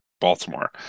Baltimore